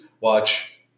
watch